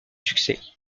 succès